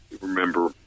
remember